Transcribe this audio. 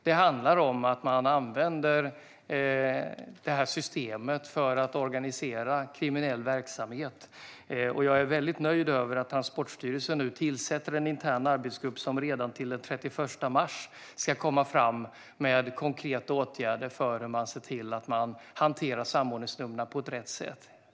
Det handlar om att man använder det här systemet för att organisera kriminell verksamhet. Jag är väldigt nöjd över att Transportstyrelsen nu tillsätter en intern arbetsgrupp som redan till den 31 mars ska komma fram med konkreta åtgärder för att se till att man hanterar samordningsnumren på rätt sätt.